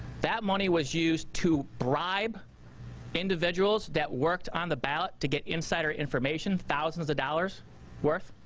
that money was used to bribe individuals that worked on the ballot to get insider information, thousands of dollars worth.